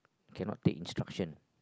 cannot take instruction